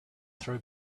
throw